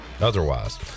otherwise